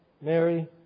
Mary